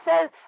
says